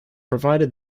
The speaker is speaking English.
provided